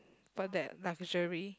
for that luxury